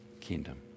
kingdom